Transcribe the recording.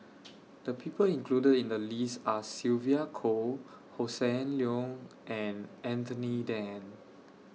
The People included in The list Are Sylvia Kho Hossan Leong and Anthony Then